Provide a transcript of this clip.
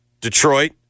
Detroit